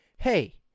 Hey